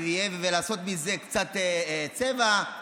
ולעשות מזה קצת צבע,